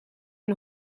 een